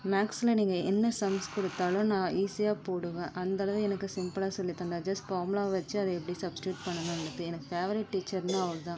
மேக்ஸ்ல நீங்கள் என்ன சம்ஸ் கொடுத்தாலும் நான் ஈசியாக போடுவேன் அந்தளவு எனக்கு சிம்ப்பிளாக சொல்லித் தந்தார் ஜஸ்ட் ஃபார்முலா வச்சேன் அதை எப்படி சப்ஸ்டிடியூட் பண்ணுனுன்றது எனக்கு ஃபேவரட் டீச்சர்னால் அவர் தான்